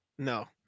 No